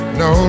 no